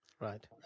Right